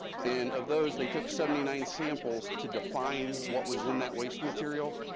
and of those, they took seventy nine samples to define what was in that waste material,